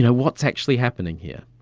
what's actually happening here?